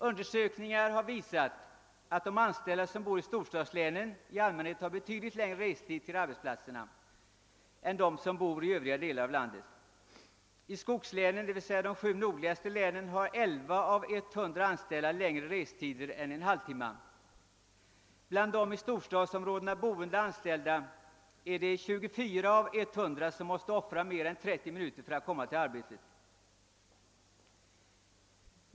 Undersökningar har visat att de anställda i storstadslänen i allmänhet har betydligt längre restid till arbetsplatserna än de som bor i övriga delar av landet. I skogslänen, d. v. s. de sju nordligaste länen, har elva av 100 anställda längre restider än en halv timme. Bland de i storstadsområdena boende anställda är det 24 av 100 som måste offra mer än 30 minuter för att komma till arbetet.